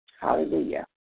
Hallelujah